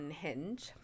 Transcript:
Hinge